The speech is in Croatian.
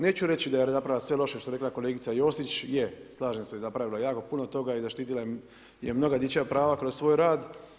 Neću reći da je napravila sve loše što je rekla kolegica Josić je, slažem se napravila je jako puno toga i zaštitila je mnoga dječja prava kroz svoj rad.